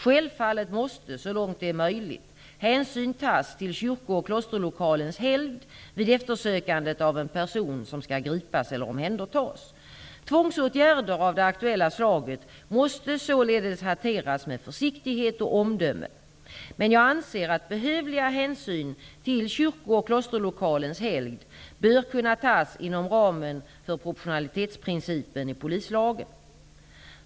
Självfallet måste -- så långt det är möjligt -- hänsyn tas till kyrko eller klosterlokalens helgd vid eftersökandet av en person som skall gripas eller omhändertas. Tvångsåtgärder av det aktuella slaget måste således hanteras med försiktighet och omdöme. Men jag anser att behövliga hänsyn till kyrko eller klosterlokalens helgd bör kunna tas inom ramen för proportionalitetsprincipen i polislagen.